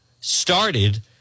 started